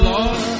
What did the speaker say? Lord